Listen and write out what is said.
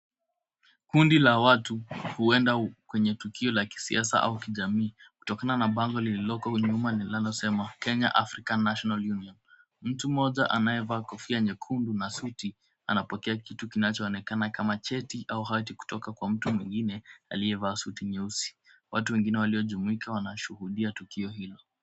Kundi la watu huenda kwenye tukio la kisiasa au kijamii kutokana na bango lililoko nyuma linalosema Kenya African National Union. Mtu mmoja anayevaa kofia nyekundu na suti anapokea kitu kinachoonekana kama cheti au hati kutoka kwa mtu mwingine aliyevaa suti nyeusi. Watu wengine waliojumuika wanashuhudia tukio hilo.